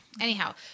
anyhow